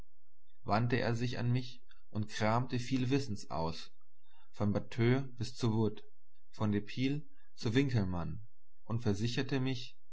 wandte er sich an mich und kramte viel wissens aus von batteux bis zu wood von de piles zu winckelmann und versicherte mich